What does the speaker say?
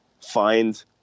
find